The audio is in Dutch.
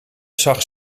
zag